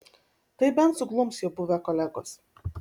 tai bent suglums jo buvę kolegos